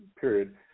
period